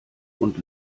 und